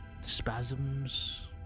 spasms